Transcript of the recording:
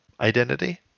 identity